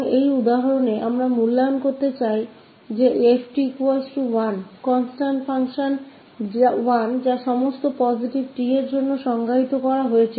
तो यहाँ इस उदाहरण में हम मूल्यांकन करना चाहते है उदाहरण के लिए इस 𝑓 𝑡 1constant फंक्शन 1 जो सभी पॉजिटिव 𝑡 के लिए परिभाषित किया गया है